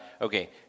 okay